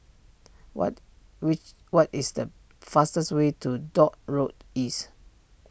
what which what is the fastest way to Dock Road East